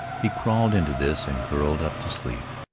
he crawled into this and curled up to sleep.